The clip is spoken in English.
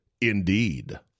Indeed